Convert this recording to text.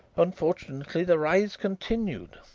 unfortunately, the rise continued.